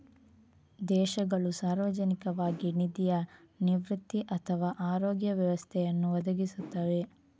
ದೇಶಗಳು ಸಾರ್ವಜನಿಕವಾಗಿ ನಿಧಿಯ ನಿವೃತ್ತಿ ಅಥವಾ ಆರೋಗ್ಯ ವ್ಯವಸ್ಥೆಯನ್ನು ಒದಗಿಸುತ್ತವೆ